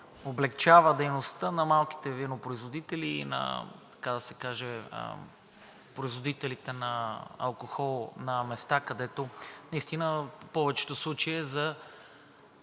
облекчава дейността на малките винопроизводители и на, така да се каже, производителите на алкохол на места, където наистина в повече случаи е за